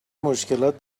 مشکلات